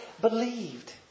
believed